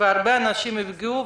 והרבה אנשים נפגעו.